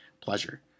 pleasure